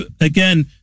again